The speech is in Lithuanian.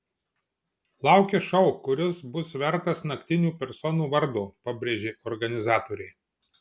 laukia šou kuris bus vertas naktinių personų vardo pabrėžė organizatoriai